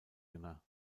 jünger